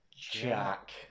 Jack